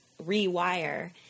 rewire